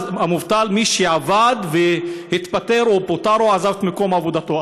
מובטל זה מי שעבד והתפטר או פוטר או עזב את מקום עבודתו,